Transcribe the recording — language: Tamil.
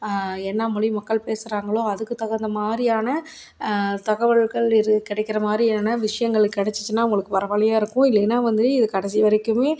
என்ன மொழி மக்கள் பேசுறாங்களோ அதுக்கு தகுந்தமாதிரியான தகவல்கள் இரு கிடைக்கிறமாரியான விஷயங்கள் கிடச்சிச்சுன்னா அவங்களுக்கு பரவால்லையா இருக்கும் இல்லன்னா வந்து இது கடைசி வரைக்குமே